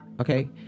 Okay